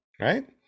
right